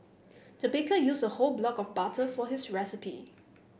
the baker used a whole block of butter for this recipe